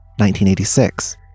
1986